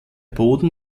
boden